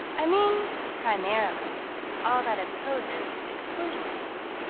i mean primarily all that opposes exclusionism